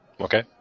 Okay